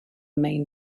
main